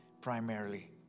primarily